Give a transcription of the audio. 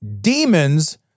demons